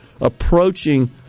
approaching